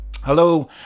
Hello